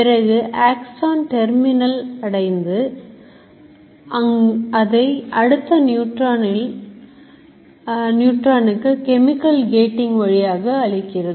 பிறகு axon terminal அடைந்து அதை அடுத்த நியூரான் இக்கு கெமிக்கல் gating வழியாக அளிக்கிறது